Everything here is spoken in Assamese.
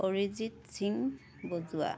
অৰিজিত সিং বজোৱা